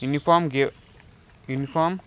uniform घे uniform